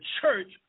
church